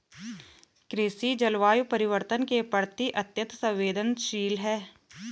कृषि जलवायु परिवर्तन के प्रति अत्यंत संवेदनशील है